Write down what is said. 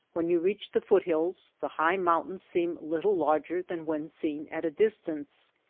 when you reach the foot-hills the high mountains seem little larger than when seen at a distance.